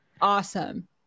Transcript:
awesome